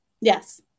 Yes